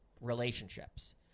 relationships